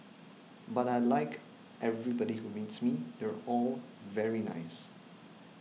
but I like everybody who meets me they're all very nice